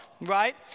right